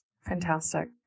Fantastic